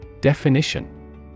Definition